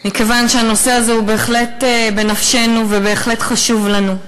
מכיוון שהנושא הזה בהחלט בנפשנו ובהחלט חשוב לנו.